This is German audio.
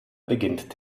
beginnt